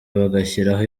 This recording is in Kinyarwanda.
bagashyiraho